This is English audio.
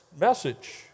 message